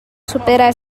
superar